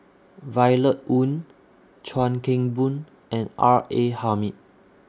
Violet Oon Chuan Keng Boon and R A Hamid